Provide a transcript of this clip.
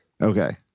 Okay